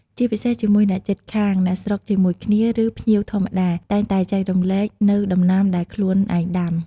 ជាពិសេសជាមួយអ្នកជិតខាង អ្នកស្រុកជាមួយគ្នា ឬភ្ញៀវធម្មតា តែងតែចែករំលែកនៅដំណាំដែលខ្លួនឯងដាំ។